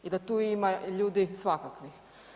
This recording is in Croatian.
I da tu ima ljudi svakakvih.